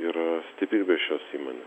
yra stiprybės šios įmonės